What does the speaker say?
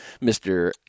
Mr